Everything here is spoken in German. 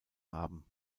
haben